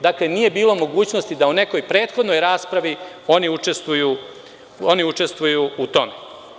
Dakle, nije bilo mogućnosti da u nekoj prethodnoj raspravi oni učestvuju u tome.